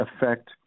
affect